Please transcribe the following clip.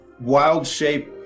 wild-shape